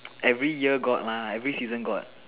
every year got mah every season got